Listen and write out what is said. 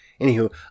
Anywho